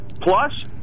plus